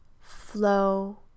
flow